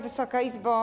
Wysoka Izbo!